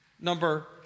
number